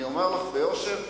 אני אומר לך ביושר,